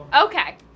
Okay